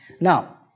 now